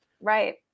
Right